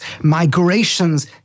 migrations